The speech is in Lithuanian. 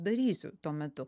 darysiu tuo metu